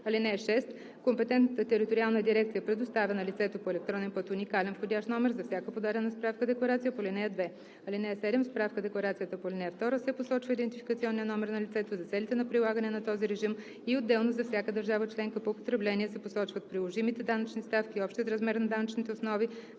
ал. 3. (6) Компетентната териториална дирекция предоставя на лицето по електронен път уникален входящ номер за всяка подадена справка-декларация по ал. 2. (7) В справка-декларацията по ал. 2 се посочва идентификационният номер на лицето за целите на прилагане на този режим и отделно за всяка държава членка по потребление се посочват приложимите данъчни ставки, общият размер на данъчните основи